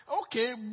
Okay